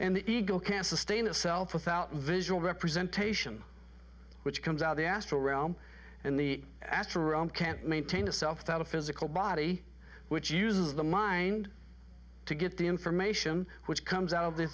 the ego can sustain itself without visual representation which comes out the astral realm and the astral realm can't maintain a self that a physical body which uses the mind to get the information which comes out of the